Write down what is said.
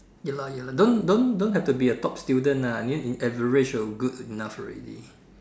ya lah ya lah don't don't don't have to be a top student ah near uh average good enough already